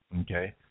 Okay